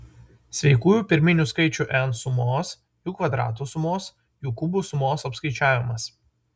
sveikųjų pirminių skaičių n sumos jų kvadratų sumos jų kubų sumos apskaičiavimas